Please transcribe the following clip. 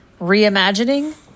reimagining